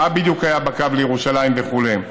מה בדיוק היה בקו לירושלים וכו'.